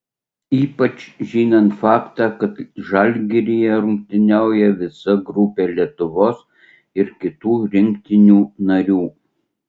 ypač žinant faktą kad žalgiryje rungtyniauja visa grupė lietuvos ir kitų rinktinių narių